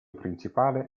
principale